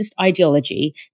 ideology